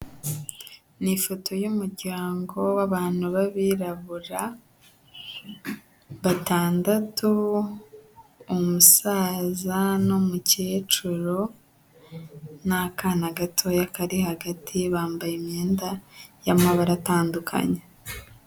Ni ifoto y'umuryango w'abantu b'abirabura batandatu umusaza n'umukecuru n'akana gatoya kari hagati, bambaye imyenda y'amabara atandukanye.